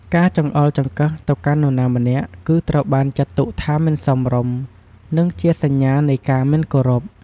ការចង្អុលចង្កឹះទៅកាន់នរណាម្នាក់ គឺត្រូវបានចាត់ទុកថាមិនសមរម្យ និងជាសញ្ញានៃការមិនគោរព។